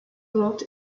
lot